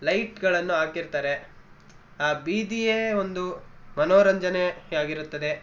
ಲೈಟ್ಗಳನ್ನು ಹಾಕಿರ್ತಾರೆ ಆ ಬೀದಿಯೇ ಒಂದು ಮನೋರಂಜನೆಯಾಗಿರುತ್ತದೆ